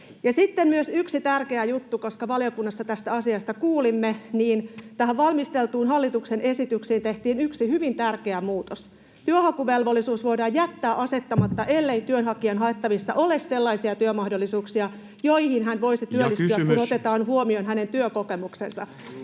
tuohon arvosteluun vei valiokunnan käsittely. Valiokunnan kuulemiskierroksen jälkeen teimme hallituksen esitykseen erittäin tärkeän muutoksen. Työnhakuvelvollisuus voidaan jättää asettamatta kokonaan, ellei työnhakijan haettavissa ole sellaisia työmahdollisuuksia, joihin hän voisi työllistyä, kun otetaan huomioon hänen työkokemuksensa,